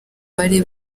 bari